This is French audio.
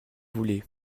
voulez